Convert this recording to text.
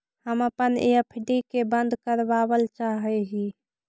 हम अपन एफ.डी के बंद करावल चाह ही